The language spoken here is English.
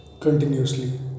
continuously